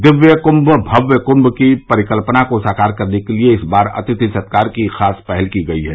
दिव्य कुंभ भव्य कुंभ की परिकल्पना को साकार करने के लिए इस बार अतिथि सत्कार की खास पहल की गई है